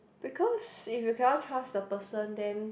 because if you cannot trust the person then